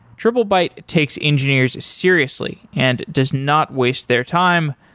triplebyte takes engineers seriously and does not waste their time,